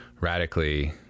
radically